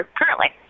currently